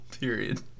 Period